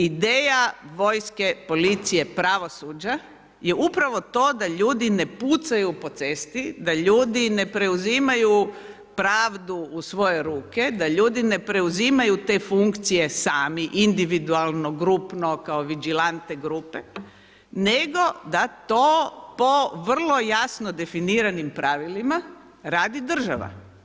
Ideja vojske, policije, pravosuđa je upravo to da ljudi ne pucaju po cesti, da ljudi ne preuzimaju pravdu u svoje ruke, da ljudi ne preuzimaju te funkcije sami individualno, grupno kao vigelante grupe, nego da to po vrlo jasno definiranim pravilima radi država.